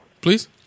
please